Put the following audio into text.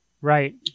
right